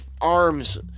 arms